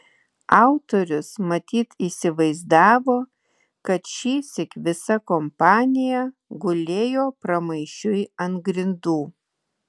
autorius matyt įsivaizdavo kad šįsyk visa kompanija gulėjo pramaišiui ant grindų